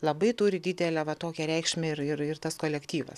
labai turi didelę va tokią reikšmę ir ir ir tas kolektyvas